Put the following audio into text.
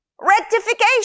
Rectification